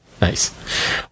Nice